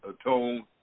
atone